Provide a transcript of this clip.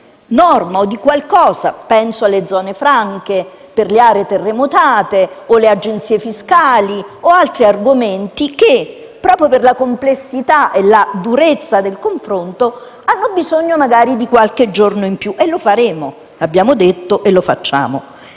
tiro di qualche norma: penso alle zone franche per le aree terremotate o alle agenzie fiscali o ad altri argomenti che, proprio per la complessità e la durezza del confronto, hanno bisogno magari di qualche giorno in più. E lo faremo; lo abbiamo detto e lo facciamo.